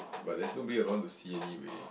but there's nobody around to see anyway